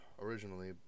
originally